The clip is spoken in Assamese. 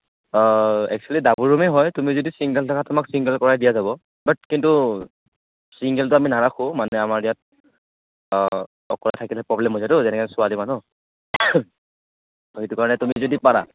একচুয়েলি ডাবুল ৰুমেই হয় তুমি যদি চিংগল থাকা তোমাক চিংগল কৰাই দিয়া যাব বাত কিন্তু চিংগলটো আমি নাৰাখোঁ মানে আমাৰ ইয়াত অকলে থাকিলে প্ৰব্লেম হৈ যায়তো যেনেকৈ ছোৱালী মানুহ সেইটো কাৰণে তুমি যদি পাৰা